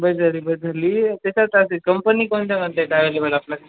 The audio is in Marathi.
बस झाली बस धरली त्याच्यात कंपनी कोणत्या म्हणत आहेत आव्हेलेबल आपल्याकडं